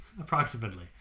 approximately